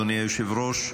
אדוני היושב-ראש,